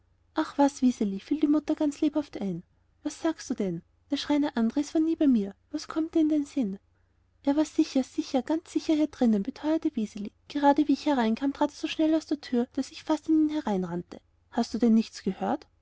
ach was wiseli fiel die mutter ganz lebhaft ein was sagst du denn der schreiner andres war nie bei mir was kommt dir in den sinn er war sicher sicher ganz bestimmt hier drinnen beteuerte wiseli gerade wie ich hereinkam trat er so schnell aus der tür daß ich fast an ihn heranrannte hast du denn nichts gehört